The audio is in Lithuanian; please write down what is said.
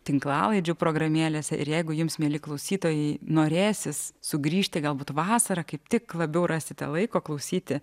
tinklalaidžių programėlėse ir jeigu jums mieli klausytojai norėsis sugrįžti galbūt vasarą kaip tik labiau rasite laiko klausyti